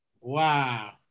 Wow